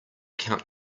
count